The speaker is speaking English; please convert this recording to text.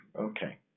okay